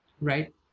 right